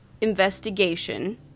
investigation